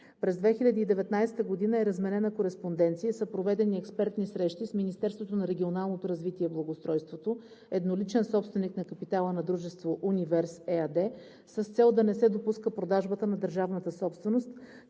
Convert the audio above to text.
През 2019 т. е разменена кореспонденция и са проведени експертни срещи с Министерството на регионалното развитие и благоустройството – едноличен собственик на капитала на дружество „Универс“ ЕАД, с цел да не се допуска продажбата на държавната собственост,